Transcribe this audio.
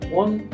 one